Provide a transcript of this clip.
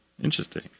Interesting